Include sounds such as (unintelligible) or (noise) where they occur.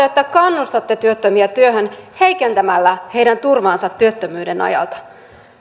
(unintelligible) että kannustatte työttömiä työhön heikentämällä heidän turvaansa työttömyyden ajalta